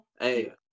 Hey